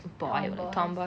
tomboy